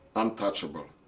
untouchable.